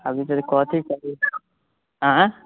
अभी तरी कथी कही आँइ